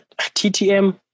TTM